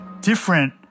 different